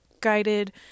guided